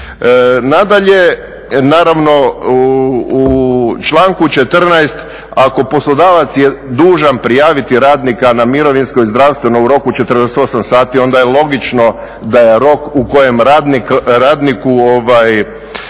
Nadalje, naravno u članku 14. ako poslodavac je dužan prijaviti radnika na mirovinsko i zdravstveno u roku 48 sati onda je logično da je rok u kojem radniku